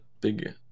big